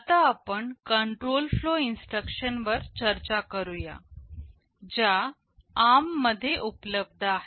आता आपण control flow instruction वर चर्चा करूया ज्या ARM मध्ये उपलब्ध आहेत